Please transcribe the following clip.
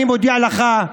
אני מודיע לך,